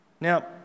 Now